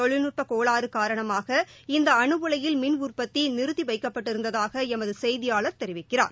தொழில்நுட்ப கோளாறு காரணமாக இந்த அனு உலையில் மின் உற்பத்தி நிறுத்தி வைக்கப்பட்டிருந்ததாக எமது செய்தியாளர் தெரிவிக்கிறார்